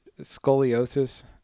scoliosis